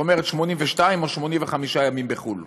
זאת אומרת 82 או 85 ימים בחו"ל.